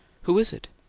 who is it?